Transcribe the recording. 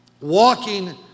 walking